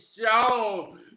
show